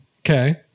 Okay